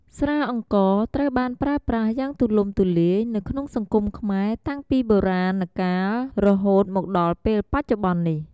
ស្រាអង្ករត្រូវបានប្រើប្រាស់យ៉ាងទូលំទូលាយនៅក្នុងសង្គមខ្មែរតាំងពីបុរាណរកាលរហូតមកដល់ពេលបច្ចុប្បន្ននេះ។